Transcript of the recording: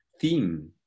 theme